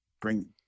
bring